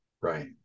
Right